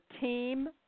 team